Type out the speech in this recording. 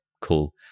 Cool